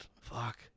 Fuck